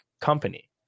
company